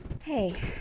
Hey